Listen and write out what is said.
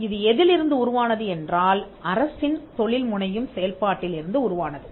இது எதில் இருந்து உருவானது என்றால் அரசின் தொழில் முனையும் செயல்பாட்டில் இருந்து உருவானது